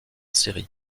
série